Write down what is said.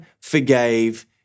forgave